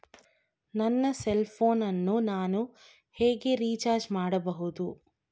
ನನ್ನ cell phone ಅನ್ನು ನಾನು ಹೇಗೆ ರಿಚಾರ್ಜ್ ಮಾಡಬಹುದು?